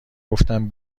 گفتم